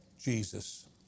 Jesus